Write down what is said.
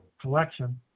collection